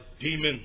demons